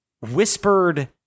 whispered